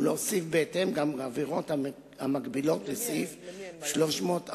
ולהוסיף בהתאם גם עבירות המקבילות לסעיף 346(ב)